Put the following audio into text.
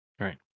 Right